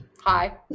Hi